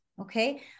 okay